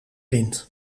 wind